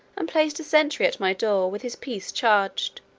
and placed a sentry at my door with his piece charged,